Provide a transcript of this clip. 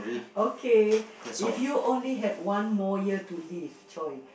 okay if you only had one more year to live !choy!